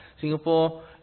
Singapore